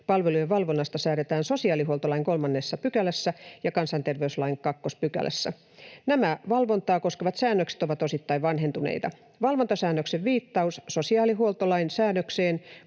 palvelujen valvonnasta säädetään sosiaalihuoltolain 3 §:ssä ja kansanterveyslain 2 §:ssä. Nämä valvontaa koskevat säännökset ovat osittain vanhentuneita. Valvontasäännöksen viittaus sosiaalihuoltolain säädökseen